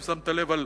אם שמת לב,